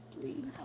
three